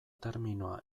terminoa